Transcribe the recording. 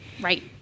Right